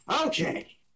Okay